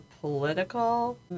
political